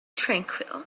tranquil